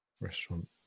restaurant